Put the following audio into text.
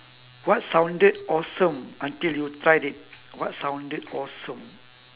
what sounded awesome until you tried it what sounded awesome